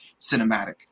cinematic